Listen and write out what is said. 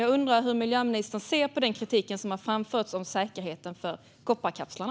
Jag undrar hur miljöministern ser på den kritik som har framförts när det gäller säkerheten hos kopparkapslarna.